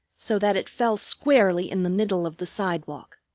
so that it fell squarely in the middle of the sidewalk.